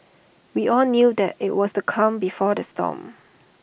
we all knew that IT was the calm before the storm